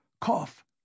cough